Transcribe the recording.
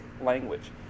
language